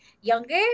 younger